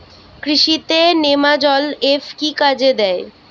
কৃষি তে নেমাজল এফ কি কাজে দেয়?